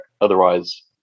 otherwise